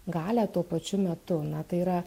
galią tuo pačiu metu na tai yra